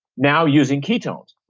now using ketones.